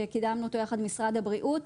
שקידמנו אותה יחד עם משרד הבריאות.